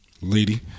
Lady